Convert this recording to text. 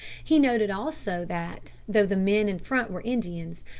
he noted also that, though the men in front were indians,